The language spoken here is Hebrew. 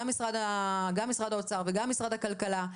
גם משרד האוצר וגם משרד הכלכלה,